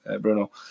Bruno